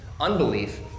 Unbelief